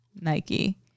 nike